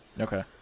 Okay